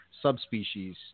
subspecies